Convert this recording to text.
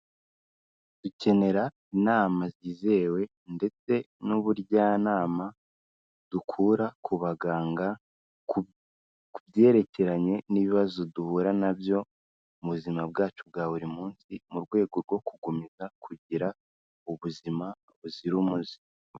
Dukenera inama zizewe ndetse n'ubujyanama dukura ku baganga ku byerekeranye n'ibibazo duhura na byo mu buzima bwacu bwa buri munsi, mu rwego rwo kukomeza kugira ubuzima buzira umuze.